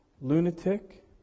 lunatic